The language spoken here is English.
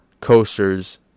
coasters